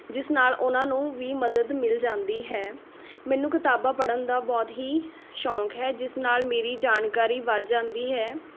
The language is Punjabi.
ਜਿਸ ਨਾਲ ਉਹਨਾਂ ਨੂੰ ਵੀ ਮਦਦ ਮਿਲ ਜਾਂਦੀ ਹੈ ਮੈਨੂੰ ਕਿਤਾਬਾਂ ਪੜ੍ਹਨ ਦਾ ਬਹੁਤ ਹੀ ਸ਼ੌਕ ਹੈ ਜਿਸ ਨਾਲ ਮੇਰੀ ਜਾਣਕਾਰੀ ਵੱਧ ਜਾਂਦੀ ਹੈ